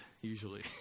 usually